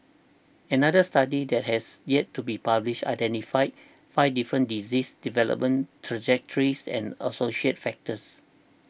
another study that has yet to be published identified five different disease development trajectories and associated factors